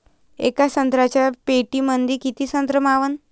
येका संत्र्याच्या पेटीमंदी किती संत्र मावन?